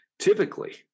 typically